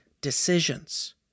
decisions